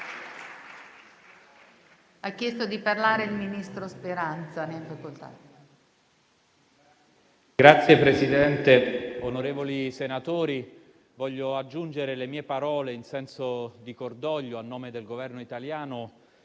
Signor Presidente, onorevoli senatori, voglio aggiungere le mie parole in senso di cordoglio, a nome del Governo italiano,